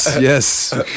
yes